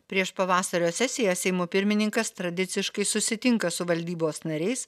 prieš pavasario sesiją seimo pirmininkas tradiciškai susitinka su valdybos nariais